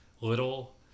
little